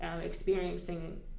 experiencing